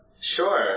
Sure